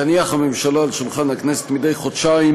תניח הממשלה על שולחן הכנסת מדי חודשיים